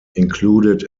included